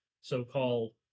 so-called